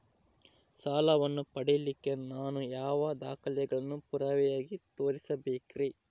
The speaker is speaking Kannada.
ಸಾಲವನ್ನು ಪಡಿಲಿಕ್ಕೆ ನಾನು ಯಾವ ದಾಖಲೆಗಳನ್ನು ಪುರಾವೆಯಾಗಿ ತೋರಿಸಬೇಕ್ರಿ?